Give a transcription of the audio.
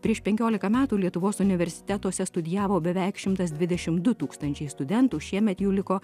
prieš penkiolika metų lietuvos universitetuose studijavo beveik šimtas dvidešimt du tūkstančiai studentų šiemet jų liko